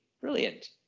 brilliant